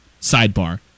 Sidebar